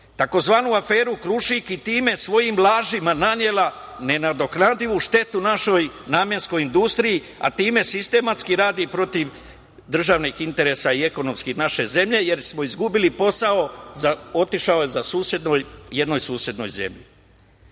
je tzv. aferu „Krušik“ i time svojim lažima nanela nenadoknadivu štetu našoj namenskoj industriji, a time sistematski radi protiv državnih interesa i ekonomskih naše zemlje, jer smo izgubili posao, otišao je jednoj susednoj